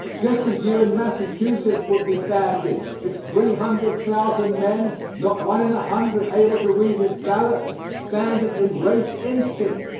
just as you in massachusetts would be banded if three hundred thousand men, not one in a hundred able to read his ballot banded in race instinct,